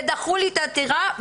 דחו לי את העתירה,